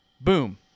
Boom